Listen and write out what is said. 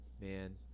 man